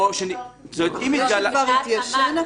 כל התיישנות שאנחנו עושים,